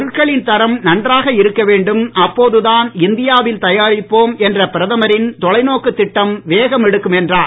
பொருட்களின் தரம் நன்றாக இருக்க வேண்டும் அப்போதுதான் இந்தியாவில் தயாரிப்போம் என்ற பிரதமரின் தொலைநோக்கு திட்டம் வேகமெடுக்கும் என்றார்